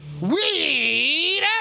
Weed